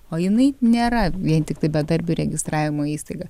o jinai nėra vien tiktai bedarbių registravimo įstaiga